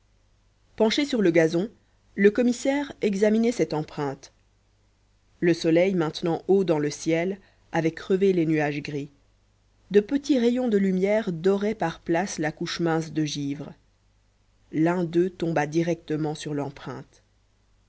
penché sur le gazon le commissaire examinait cette empreinte le soleil maintenant haut dans le ciel avait crevé les nuages gris de petits rayons de lumière doraient par place la couche mince de givre l'un deux tomba directement sur l'empreinte